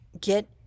get